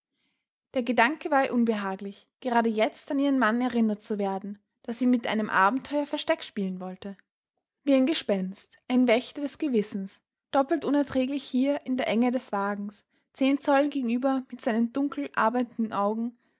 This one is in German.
der gedanke war ihr unbehaglich gerade jetzt an ihren mann erinnert zu werden da sie mit einem abenteuer versteck spielen wollte wie ein gespenst ein wächter des gewissens doppelt unerträglich hier in der enge des wagens zehn zoll gegenüber mit seinen dunkel arbeitenden augen